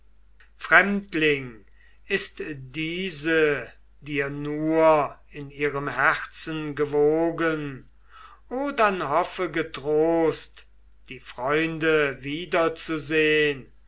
denn ist diese dir nur in ihrem herzen gewogen o dann hoffe getrost die freunde wiederzusehen